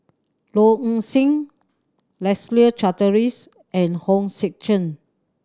Low Ing Sing Leslie Charteris and Hong Sek Chern